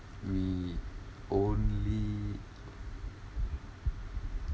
we only